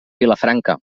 vilafranca